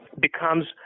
becomes